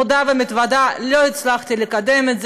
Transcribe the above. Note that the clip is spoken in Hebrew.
מודה ומתוודה: לא הצלחתי לקדם את זה,